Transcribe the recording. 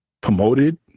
promoted